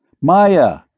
Maya